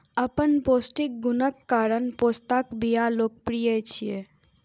अपन पौष्टिक गुणक कारण पोस्ताक बिया लोकप्रिय छै